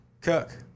Cook